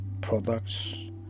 products